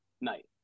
night